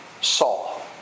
Saul